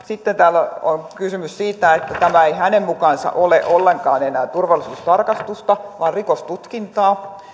sitten täällä on kysymys siitä että tämä ei hänen mukaansa ole ollenkaan enää turvallisuustarkastusta vaan rikostutkintaa